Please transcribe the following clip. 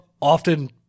often